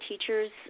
teachers